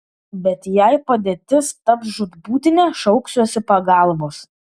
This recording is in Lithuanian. bet jei padėtis taps žūtbūtinė šauksiuosi pagalbos